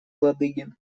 ладыгин